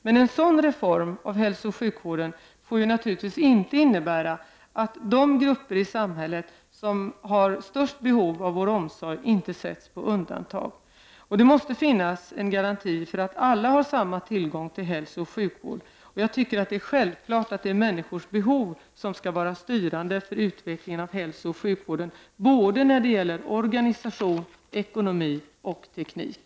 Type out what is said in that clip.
Men en sådan reform av hälsooch sjukvården får naturligtvis inte innebära att de grupper i samhället som har störst behov av vår omsorg sätts på undantag. Det måste finnas en garanti för att alla får samma tillgång till hälsooch sjukvård. Jag tycker att det är självklart att människors behov skall vara styrande för utvecklingen av hälsooch sjukvården, när det gäller såväl organisation och ekonomi som teknik.